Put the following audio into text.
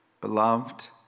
Beloved